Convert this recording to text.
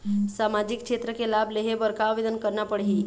सामाजिक क्षेत्र के लाभ लेहे बर का आवेदन करना पड़ही?